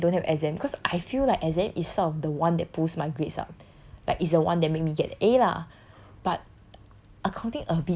accounting mods that don't have exam cause I feel like exam is sort of the one that pulls my grades up like it's the one that make me get the a lah but